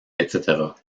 etc